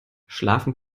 schlafen